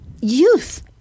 youth